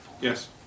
Yes